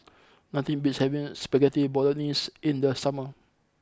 nothing beats having Spaghetti Bolognese in the summer